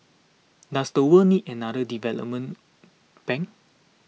does the world need another development bank